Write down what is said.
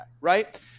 right